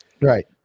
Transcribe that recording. Right